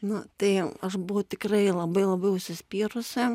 nu tai aš buvau tikrai labai labai užsispyrusi